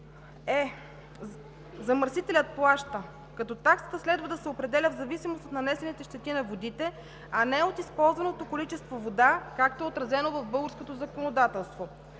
че замърсителят плаща, като таксата следва да се определя в зависимост от нанесените щети на водите, а не от използваното количество вода, както е отразено в българското законодателство.